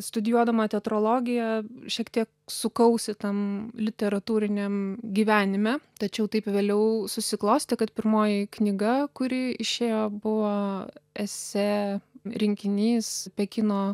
studijuodama teatrologiją šiek tiek sukausi tam literatūriniam gyvenime tačiau taip vėliau susiklostė kad pirmoji knyga kuri išėjo buvo esė rinkinys pekino